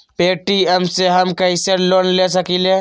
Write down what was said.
Paytm से हम कईसे लोन ले सकीले?